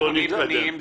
בואו נתקדם.